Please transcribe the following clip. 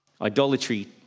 Idolatry